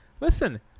Listen –